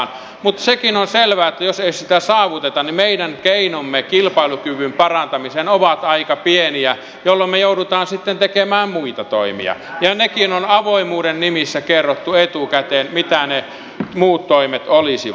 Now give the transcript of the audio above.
mutta sekin on selvä että jos ei sitä saavuteta niin meidän keinomme parantaa kilpailukykyä ovat aika pieniä jolloin me joudumme sitten tekemään muita toimia ja sekin on avoimuuden nimissä kerrottu etukäteen mitä ne muut toimet olisivat